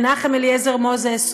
מנחם אליעזר מוזס,